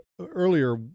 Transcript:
Earlier